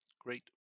Great